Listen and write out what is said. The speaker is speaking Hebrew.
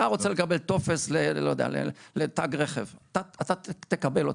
אתה רוצה לקבל טופס לתג רכב, אתה תקבל אותו.